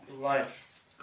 life